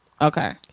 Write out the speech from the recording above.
Okay